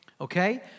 Okay